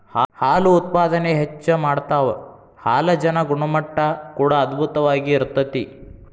ಹಾಲು ಉತ್ಪಾದನೆ ಹೆಚ್ಚ ಮಾಡತಾವ ಹಾಲಜನ ಗುಣಮಟ್ಟಾ ಕೂಡಾ ಅಧ್ಬುತವಾಗಿ ಇರತತಿ